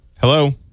Hello